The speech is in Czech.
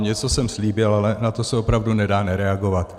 Něco jsem slíbil, ale na to se opravdu nedá nereagovat.